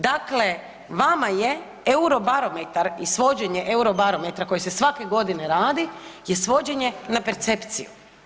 Dakle, vama je Eurobarometar i svođenje Eurobarometra koji se svake godine radi je svođenje na percepciju.